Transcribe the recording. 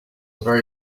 very